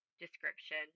description